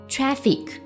Traffic